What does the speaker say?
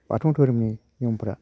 बाथौ धोरोमनि नियमफ्रा